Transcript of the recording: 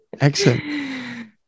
Excellent